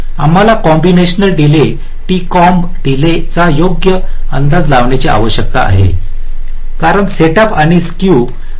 आम्हाला combinational delay t comb डीलेचा योग्य अंदाज लावण्याची आवश्यकता आहे कारण सेटअप आणि स्क्यू आधीच माहित आहेत